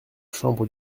chambre